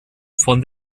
von